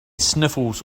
sniffles